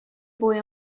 boy